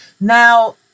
now